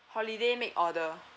holiday make order